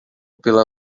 pela